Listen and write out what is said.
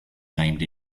named